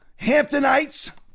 Hamptonites